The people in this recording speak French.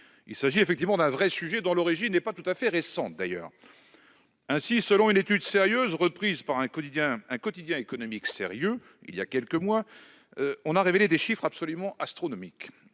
Il s'agit effectivement d'un vrai sujet, dont l'origine n'est pas vraiment récente. Ainsi, une étude sérieuse, reprise par un quotidien économique sérieux il y a quelques mois, a révélé des chiffres absolument astronomiques